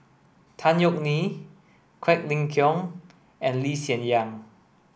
Tan Yeok Nee Quek Ling Kiong and Lee Hsien Yang